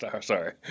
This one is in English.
Sorry